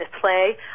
play